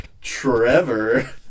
Trevor